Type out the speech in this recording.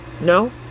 No